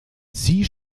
sea